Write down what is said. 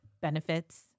benefits